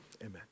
amen